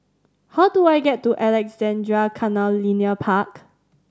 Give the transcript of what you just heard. how do I get to Alexandra Canal Linear Park